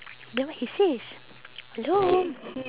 then what he says hello